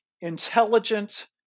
intelligent